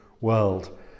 world